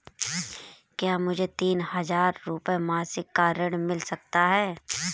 क्या मुझे तीन हज़ार रूपये मासिक का ऋण मिल सकता है?